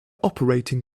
operating